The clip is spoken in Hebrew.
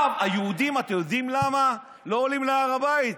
אתם יודעים למה היהודים לא עולים להר הבית?